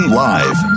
live